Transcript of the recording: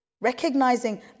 recognizing